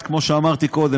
כמו שאמרתי קודם,